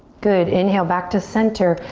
good, inhale back to center.